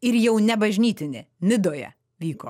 ir jau ne bažnytinė nidoje vyko